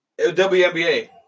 WNBA